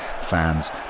fans